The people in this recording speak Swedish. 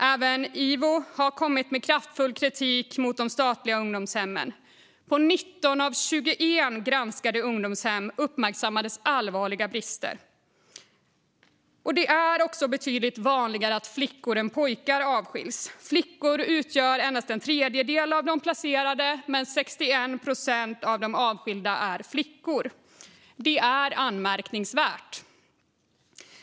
Även Ivo har kommit med kraftfull kritik mot de statliga ungdomshemmen. På 19 av 21 granskade ungdomshem uppmärksammades allvarliga brister. Det är också betydligt vanligare att flickor än pojkar avskils. Flickor utgör endast en tredjedel av de placerade, men 61 procent av de avskilda är flickor. Det är anmärkningsvärt.